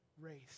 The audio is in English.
race